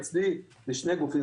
אצלי זה שני גופים,